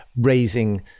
raising